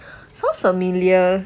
sounds familiar